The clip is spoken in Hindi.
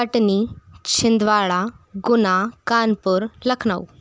कटनी छिंदवाड़ा गुनाह कानपुर लखनऊ